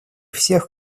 всех